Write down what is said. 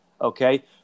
Okay